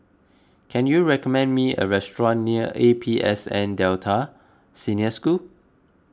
can you recommend me a restaurant near A P S N Delta Senior School